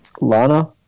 Lana